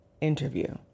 interview